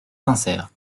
sincère